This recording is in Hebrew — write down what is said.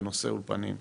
בנושא אולפנים,